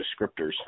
descriptors